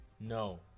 No